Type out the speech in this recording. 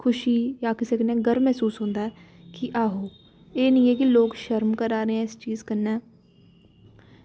खुशी जां कुसै कन्नै गर्व मह्सूस होंदा ऐ कि आहो एह् निं ऐ कि लोग शर्म करा न इस चीज कन्नै